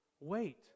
Wait